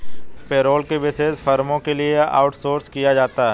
payroll को विशेष फर्मों के लिए आउटसोर्स किया जाता है